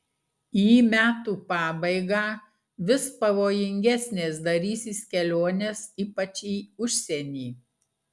į metų pabaigą vis pavojingesnės darysis kelionės ypač į užsienį